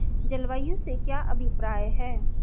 जलवायु से क्या अभिप्राय है?